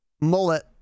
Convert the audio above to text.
Mullet